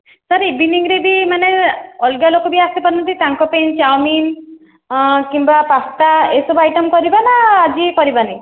sir ଇଭିନିଙ୍ଗରେ ବି ମାନେ ଅଲଗା ଲୋକ ବି ଆସିପାରନ୍ତି ତାଙ୍କ ପାଇଁ ଚାଓମିନ କିମ୍ବା ପାସ୍ତା ଏସବୁ ଆଇଟମ୍ କରିବା ନା ଆଜି କରିବାନି